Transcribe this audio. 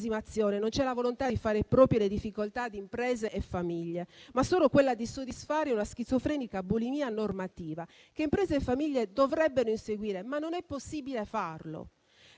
non c'è la volontà di fare proprie le difficoltà di imprese e famiglie, ma solo quella di soddisfare una schizofrenica bulimia normativa che imprese e famiglie dovrebbero inseguire, ma non è possibile farlo.